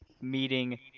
meeting